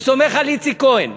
הוא סומך על איציק כהן.